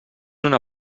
una